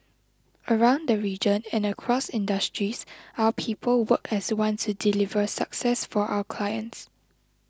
around the region and across industries our people work as one to deliver success for our clients